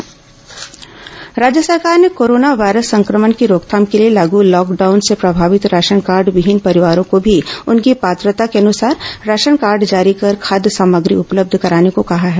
corona PDS राज्य सरकार ने कोरोना वायरस संक्रमण की रोकथाम के लिए लागू लॉकडाउन से प्रभावित राशन कार्ड विहीन परिवारों को भी उनकी पात्रता के अनुसार राशन कार्ड जारी कर खाद्य सामग्री उपलब्ध कराने को कहा है